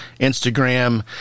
Instagram